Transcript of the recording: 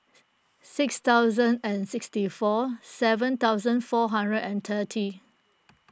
six thousand and sixty four seven thousand four hundred and thirty